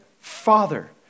father